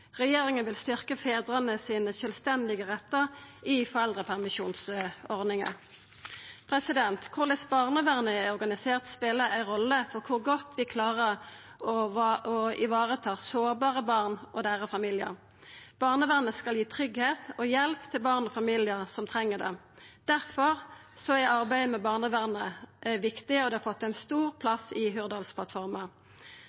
Regjeringa vil styrkja fedrane sine sjølvstendige rettar i foreldrepermisjonsordninga. Korleis barnevernet er organisert, spelar ei rolle for i kva grad vi klarer å vareta sårbare barn og deira familiar. Barnevernet skal gi tryggleik og hjelp til barn og familiar som treng det. Difor er arbeidet med barnevernet viktig, og det har fått ein stor